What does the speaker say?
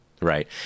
Right